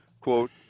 quote